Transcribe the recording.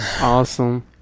Awesome